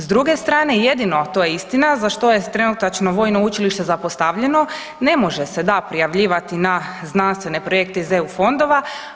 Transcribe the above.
S druge strane jedino to je istina za što je trenutačno Vojno učilište zapostavljeno, ne može se da prijavljivati na znanstvene projekte iz EU fondova.